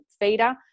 feeder